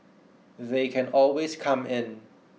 they can always come in